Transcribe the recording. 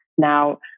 now